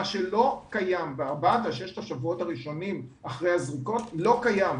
מה שלא קיים בארבעה עד שישה השבועות הראשונים אחרי הזריקות לא קיים,